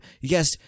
Yes